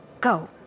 go